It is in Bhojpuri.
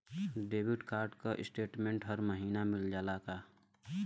क्रेडिट कार्ड क स्टेटमेन्ट हर महिना मिल जाला का?